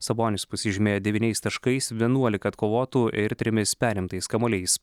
sabonis pasižymėjo devyniais taškais vienuolika atkovotų ir trimis perimtais kamuoliais